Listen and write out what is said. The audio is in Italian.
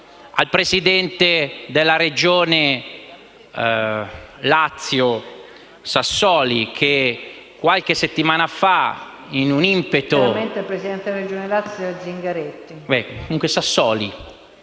al presidente della Regione Lazio Sassoli, che qualche settimana fa, in un impeto...